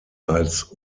als